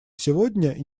сегодня